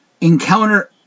encounter